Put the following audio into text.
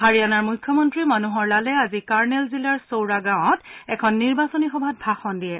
হাৰিয়ানাৰ মুখ্যমন্ত্ৰী মনোহৰ লালে আজি কাৰ্ণেল জিলাৰ চৌডা গাঁওত এখন নিৰ্বাচনী সভাত ভাষণ দিয়ে